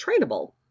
trainable